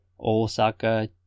Osaka